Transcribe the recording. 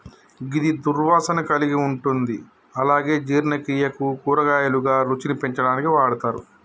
గిది దుర్వాసన కలిగి ఉంటుంది అలాగే జీర్ణక్రియకు, కూరగాయలుగా, రుచిని పెంచడానికి వాడతరు